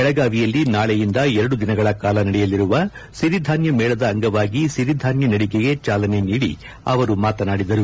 ಬೆಳಗಾವಿಯಲ್ಲಿ ನಾಳೆಯಿಂದ ಎರಡು ದಿನಗಳ ಕಾಲ ನಡೆಯಲಿರುವ ಸಿರಿಧಾನ್ಯ ಮೇಳದ ಅಂಗವಾಗಿ ಸಿರಿಧಾನ್ಯ ನಡಿಗೆಗೆ ಜಾಲನೆ ನೀಡಿ ಅವರು ಮಾತನಾಡಿದರು